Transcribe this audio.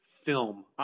film